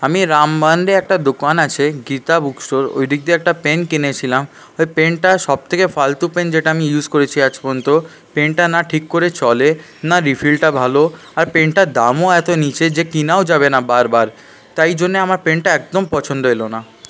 আমি রামমাণ্ডে একটা দোকান আছে গীতা বুক স্টোর ওইদিক দিয়ে একটা পেন কিনেছিলাম ওই পেনটা সবথেকে ফালতু পেন যেটা আমি ইউজ করেছি আজ পযন্ত পেনটা না ঠিক করে চলে না রিফিলটা ভালো আর পেনটার দামও এত নিয়েছে যে কেনাও যাবে না বারবার তাই জন্য আমার পেনটা একদম পছন্দ এলো না